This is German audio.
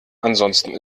ansonsten